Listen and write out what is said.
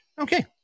Okay